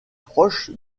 proche